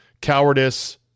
cowardice